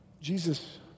Jesus